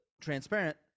transparent